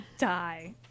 die